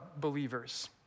believers